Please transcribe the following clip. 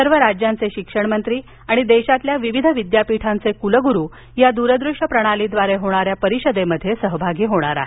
सर्व राज्यांचे शिक्षणमंत्री आणि देशातील विविध विद्यापीठांचे कुलगुरू या दूरदृश्य प्रणालीद्वारे होणाऱ्या परिषदेमध्ये सहभागी होणार आहेत